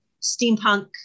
steampunk